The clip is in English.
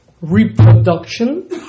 reproduction